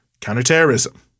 counterterrorism